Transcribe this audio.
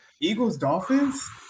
Eagles-Dolphins